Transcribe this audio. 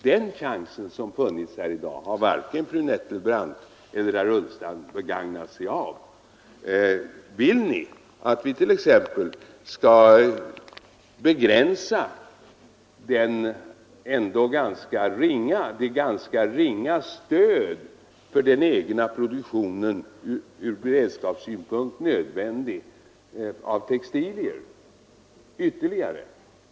Den chansen som funnits här i dag har varken fru Nettelbrandt eller herr Ullsten begagnat sig av. Vill nit.ex. att vi skall begränsa det ändå ganska ringa stödet för den egna produktionen — ur beredskapssynpunkt nödvändig — av textilier ytterligare?